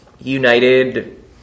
United